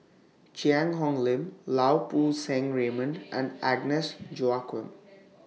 Cheang Hong Lim Lau Poo Seng Raymond and Agnes Joaquim